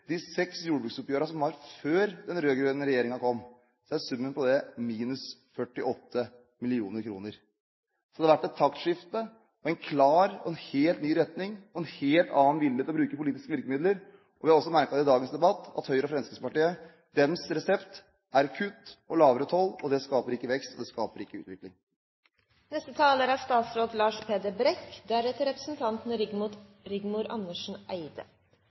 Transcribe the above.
de seks jordbruksoppgjørene som den rød-grønne regjeringen har lagt fram, blir summen 7,8 mrd. kr. Hvis en summerer de seks jordbruksoppgjørene som var før den rød-grønne regjeringen kom, er summen minus 48 mill. kr. Det har vært et taktskifte med en klar og helt ny retning, og det er en helt annen vilje til å bruke politiske virkemidler. I dagens debatt har vi også merket at Høyre og Fremskrittspartiets resept er kutt og lavere toll. Det skaper ikke vekst, og det skaper ikke utvikling.